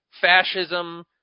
fascism